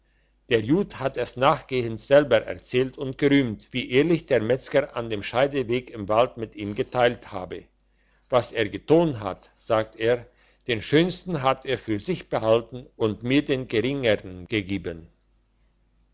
der jud hat es nachgehends selber erzählt und gerühmt wie ehrlich der metzger an dem scheideweg im wald mit ihm geteilt habe was er geton hat sagte er den schönsten hat er für sich behalten und mir den geringern gegiben